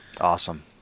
Awesome